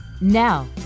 Now